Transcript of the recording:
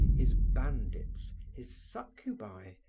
his bandits, his succubi,